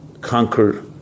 conquer